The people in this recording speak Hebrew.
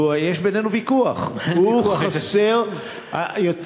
ויש בינינו ויכוח, אין ויכוח.